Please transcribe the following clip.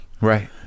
Right